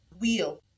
wheel